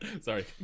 sorry